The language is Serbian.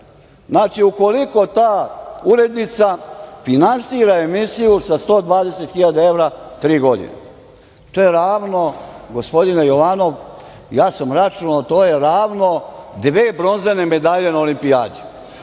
ukoliko ta urednica finansira emisiju sa 120 hiljada evra tri godine, to je ravno, gospodine Jovanov, ja sam računao, dve bronzane medalje na Olimpijadi.